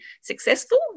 successful